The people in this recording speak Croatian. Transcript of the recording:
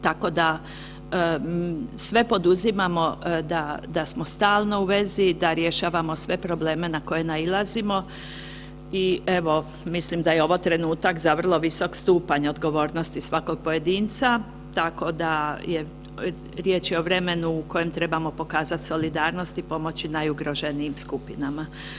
Tako da sve poduzimamo da smo stalno u vezi da rješavamo sve probleme na koje nailazimo i evo mislim da je ovo trenutak za vrlo visok stupanj odgovornosti svakog pojedinaca, tako da riječ je o vremenu u kojem trebamo pokazati solidarnost i pomoći najugroženijim skupinama.